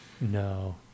No